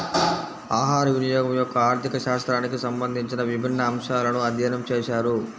ఆహారవినియోగం యొక్క ఆర్థిక శాస్త్రానికి సంబంధించిన విభిన్న అంశాలను అధ్యయనం చేశారు